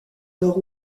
nord